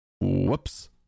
Whoops